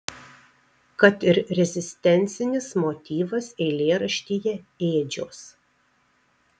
kad ir rezistencinis motyvas eilėraštyje ėdžios